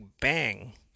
Bang